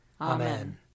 Amen